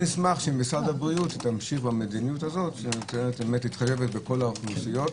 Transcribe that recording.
מסמך של משרד הבריאות שהיא תמשיך במדיניות הזאת שקיימת בכל האוכלוסיות.